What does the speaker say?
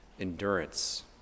endurance